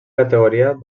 categoria